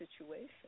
situation